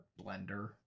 blender